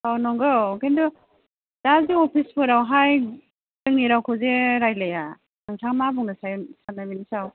औ नंगौ खिन्थु दा जि अफिसफोरावहाय जोंनि रावखौ जे रायलाया नोंथाङा मा बुंनो साने सानो बिनि सायाव